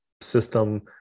system